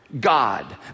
God